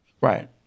right